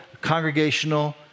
congregational